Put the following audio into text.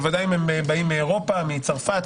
ודאי אם באים מאירופה מצרפת,